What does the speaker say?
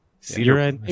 Cedar